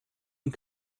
und